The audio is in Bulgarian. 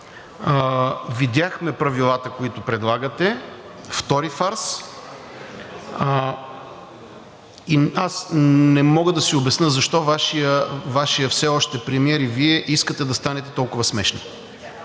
Видяхме правилата, които предлагате – втори фарс. Аз не мога да си обясня защо Вашият все още премиер и Вие искате да станете толкова смешни?